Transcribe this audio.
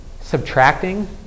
subtracting